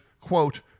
quote